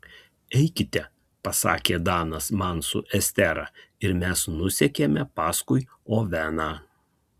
eikite pasakė danas man su estera ir mes nusekėme paskui oveną